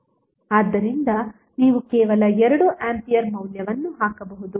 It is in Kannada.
ಆದ್ದರಿಂದ ನೀವು ಕೇವಲ 2 ಆಂಪಿಯರ್ ಮೌಲ್ಯವನ್ನು ಹಾಕಬಹುದು